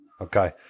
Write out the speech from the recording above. Okay